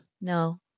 No